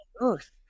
earth